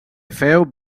feu